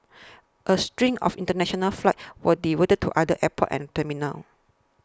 a string of international flights were diverted to other airports and terminals